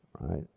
Right